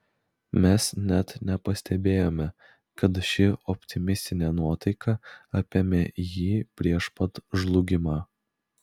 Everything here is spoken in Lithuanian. mes net nepastebėjome kad ši optimistinė nuotaika apėmė jį prieš pat žlugimą